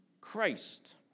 Christ